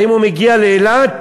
האם הוא מגיע לאילת